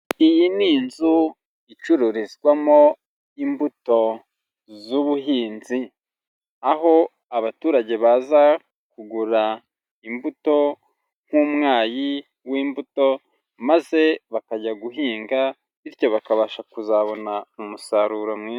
Iyi ni inzu icururizwamo imbuto z'ubuhinzi. Aho abaturage baza kugura imbuto nk'umwayi w'imbuto, maze bakajya guhinga bityo bakabasha kuzabona umusaruro mwiza.